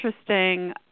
interesting